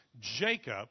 Jacob